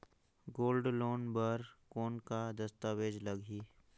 Gold loan बर कौन का दस्तावेज लगही?